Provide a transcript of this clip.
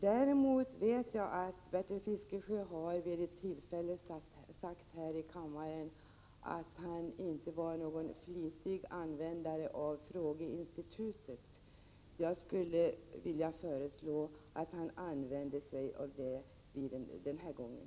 Låt mig i stället säga: Jag vet att Bertil Fiskesjö vid ett tillfälle framhållit här i kammaren att han inte var någon flitig användare av frågeinstitutet. Jag skulle ändå vilja föreslå att han använder sig av det den här gången.